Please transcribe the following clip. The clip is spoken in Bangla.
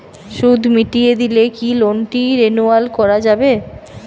সুদ মিটিয়ে দিলে কি লোনটি রেনুয়াল করাযাবে?